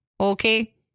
Okay